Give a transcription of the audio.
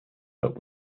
but